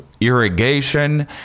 irrigation